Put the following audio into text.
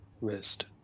west